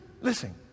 listen